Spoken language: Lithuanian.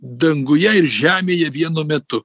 danguje ir žemėje vienu metu